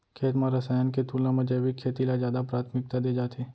खेत मा रसायन के तुलना मा जैविक खेती ला जादा प्राथमिकता दे जाथे